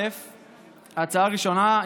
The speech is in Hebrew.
ההצעה הראשונה,